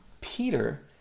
Peter